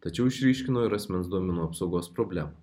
tačiau išryškino ir asmens duomenų apsaugos problemą